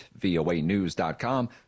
voanews.com